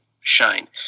shine